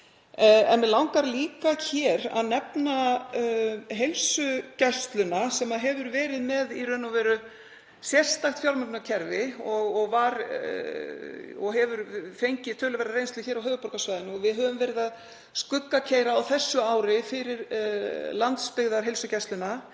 Mig langar líka að nefna heilsugæsluna sem hefur verið með sérstakt fjármögnunarkerfi og hefur fengið töluverða reynslu hér á höfuðborgarsvæðinu og við höfum verið að skuggakeyra á þessu ári fyrir landsbyggðarheilsugæsluna.